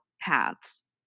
paths